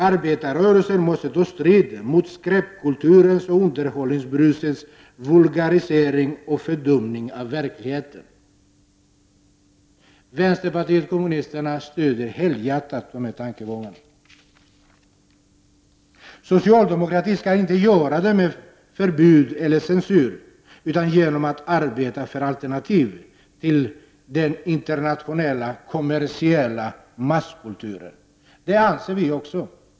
Arbetarrörelsen måste ta strid mot skräpkulturens och underhållningsbrusets vulgarisering och fördumning av verkligheten.” Vänsterpartiet kommunisterna stöder helhjärtat de tankegångarna. ”Socialdemokratin skall inte göra det med förbud eller censur utan genom att arbeta för alternativ till den internationella kommersiella masskulturen”, heter det i programmet. Det anser vi också.